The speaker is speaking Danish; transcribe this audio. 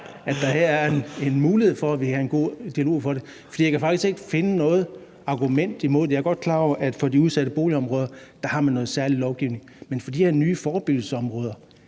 at der her er en mulighed for at have en god dialog om det, for jeg kan faktisk ikke finde noget argument imod det. Jeg er godt klar over, at man for de udsatte boligområder har noget særlig lovgivning, men for de her nye forebyggelsesområder